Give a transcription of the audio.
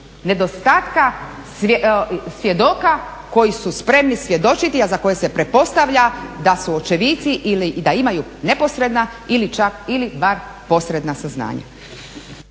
nedostatka svjedoka koji su spremni svjedočiti a za koje se pretpostavlja da su očevici ili da imaju neposredna ili čak, ili bar posredna saznanja.